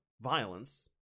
violence